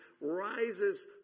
rises